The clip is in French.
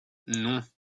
non